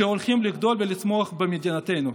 שהולכים לגדול ולצמוח במדינתנו.